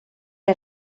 der